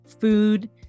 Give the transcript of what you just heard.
food